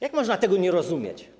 Jak można tego nie rozumieć?